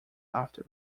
after